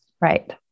right